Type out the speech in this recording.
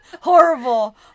Horrible